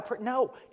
No